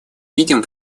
видим